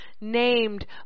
named